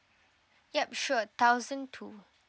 yup sure thousand two